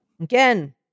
Again